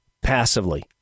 passively